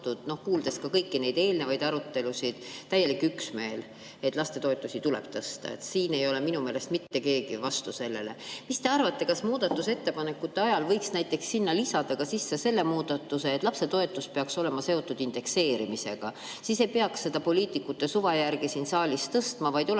kuuldes ka kõiki neid eelnevaid arutelusid, täielik üksmeel, et lastetoetusi tuleb tõsta. Siin ei ole minu meelest mitte keegi vastu sellele. Mis te arvate, kas muudatusettepanekute ajal võiks näiteks sinna lisada ka selle muudatuse, et lapsetoetus peaks olema seotud indekseerimisega? Siis ei peaks seda poliitikute suva järgi siin saalis tõstma, vaid oleks